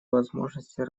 возможности